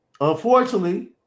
Unfortunately